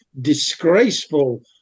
disgraceful